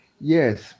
Yes